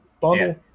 bundle